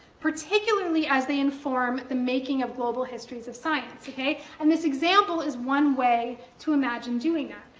particularly as they inform the making of global histories of science, okay, and this example is one way to imagine doing ah